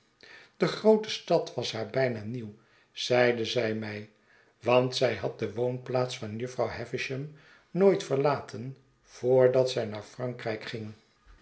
de groote stad was haar btjna nieuw zeide zjj mij want zij had de woonplaats van jufvrouw havisham nooit verlaten voordat zij naarfrankrijk ging